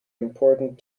important